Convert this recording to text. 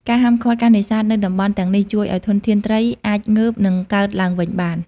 ការហាមឃាត់ការនេសាទនៅតំបន់ទាំងនេះជួយឲ្យធនធានត្រីអាចងើប និងកកើតឡើងវិញបាន។